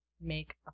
make